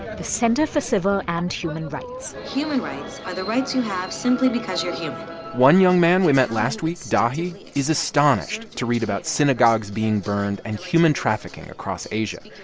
the center for civil and human rights human rights are the rights you have simply because you're human one young man we met last week, dahi, is astonished to read about synagogues being burned and human trafficking across asia.